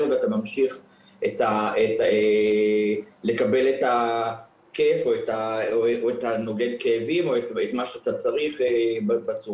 ואתה ממשיך לקבל את הכיף או את הנוגד כאבים או את מה שאתה צריך בצורה